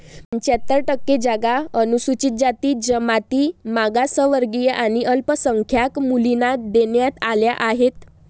पंच्याहत्तर टक्के जागा अनुसूचित जाती, जमाती, मागासवर्गीय आणि अल्पसंख्याक मुलींना देण्यात आल्या आहेत